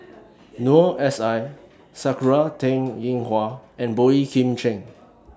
Noor S I Sakura Teng Ying Hua and Boey Kim Cheng